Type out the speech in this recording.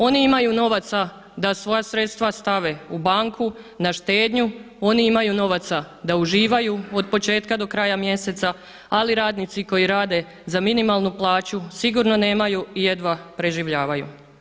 Oni imaju novaca da svoja sredstva stave u banku na štednju, oni imaju novaca da uživaju od početka do kraja mjeseca ali radnici koji rade za minimalnu plaću sigurno nemaju i jedva preživljavaju.